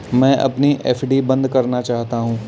मैं अपनी एफ.डी बंद करना चाहता हूँ